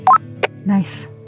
Nice